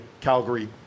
Calgary